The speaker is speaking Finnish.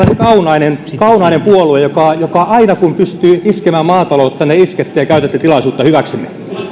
kaunainen kaunainen puolue joka aina kun pystyy iskemään maataloutta iskee ja käyttää tilaisuutta hyväkseen